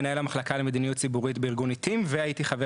מנהל המחלקה למדיניות ציבורית בארגון עתים והייתי חבר